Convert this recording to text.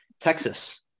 Texas